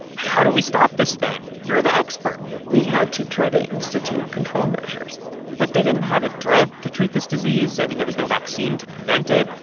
how do we stop this thing? you're the expert we had to try to institute control measures but they didn't have a drug to treat this disease. i mean, there was no vaccine to prevent it,